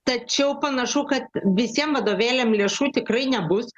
tačiau panašu kad visiem vadovėliam lėšų tikrai nebus